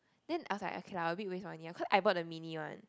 then I was like okay lah a bit waste money cause I bought the mini one